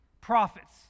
prophets